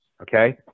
Okay